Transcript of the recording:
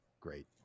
great